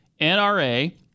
NRA